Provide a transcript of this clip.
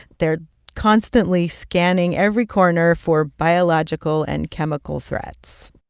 they're constantly scanning every corner for biological and chemical threats.